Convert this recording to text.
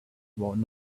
about